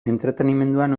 entretenimenduan